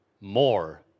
more